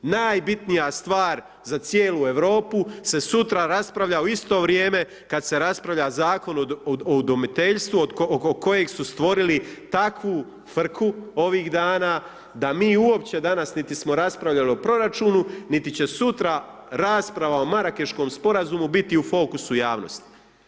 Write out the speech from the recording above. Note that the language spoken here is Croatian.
Najbitnija stvar za cijelu Europu se sutra raspravlja u isto vrijeme kada se raspravlja Zakon o udomiteljstvu oko kojeg su stvorili takvu frku ovih dana da mi uopće danas niti smo raspravljali o proračunu, niti će sutra rasprava o Marakeškom sporazumu biti u fokusu javnosti.